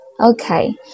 Okay